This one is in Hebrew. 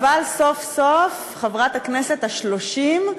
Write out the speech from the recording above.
אבל סוף-סוף, חברת הכנסת ה-30,